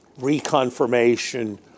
reconfirmation